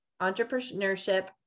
entrepreneurship